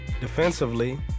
defensively